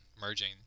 merging